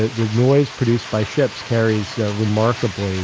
the noise produced by ships carries remarkably, and